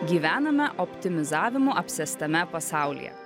gyvename optimizavimu apsėstame pasaulyje